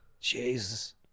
Jesus